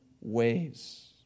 ways